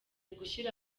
gushyira